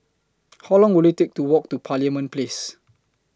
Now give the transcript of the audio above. How Long Will IT Take to Walk to Parliament Place